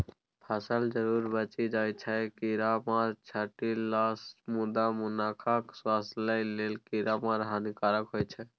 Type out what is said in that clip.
फसल जरुर बचि जाइ छै कीरामार छीटलासँ मुदा मनुखक स्वास्थ्य लेल कीरामार हानिकारक होइ छै